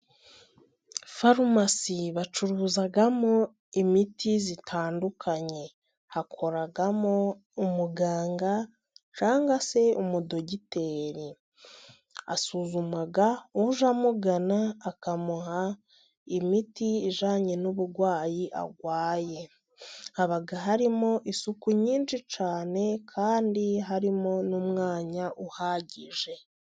Farumasi bacuruzamo imiti itandukanye, hakoramo umuganga cyangwa se umudogiteri. Asuzuma uje amugana akamuha imiti ijyanye n'uburwayi arwaye haba harimo isuku nyinshi cyane kandi harimo n'umwanya uhagije.